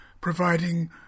providing